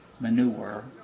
manure